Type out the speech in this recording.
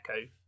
echo